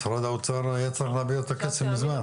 משרד האוצר היה צריך להעביר את הכסף ממזמן.